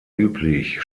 üblich